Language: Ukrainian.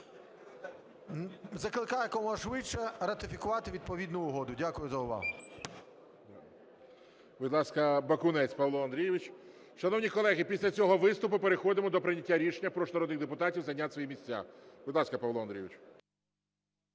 Закликаю якомога швидше ратифікувати відповідну угоду. Дякую за увагу.